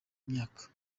myaka